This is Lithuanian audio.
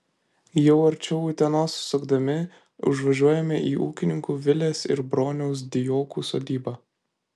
jau arčiau utenos sukdami užvažiuojame į ūkininkų vilės ir broniaus dijokų sodybą